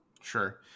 Sure